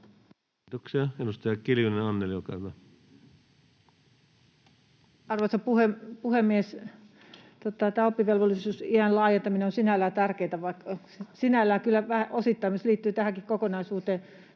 Kiitoksia. — Edustaja Kiljunen, Anneli, olkaa hyvä. Arvoisa puhemies! Tämä oppivelvollisuusiän laajentaminen sinällään kyllä osittain liittyy tähänkin kokonaisuuteen.